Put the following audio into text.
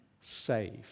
saved